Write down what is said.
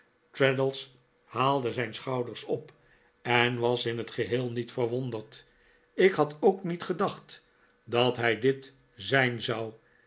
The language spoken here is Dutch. traddles haalde zijn schouders op en was in t geheel niet verwonderd ik had ook niet gedacht dat hij dit zijn zou